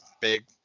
big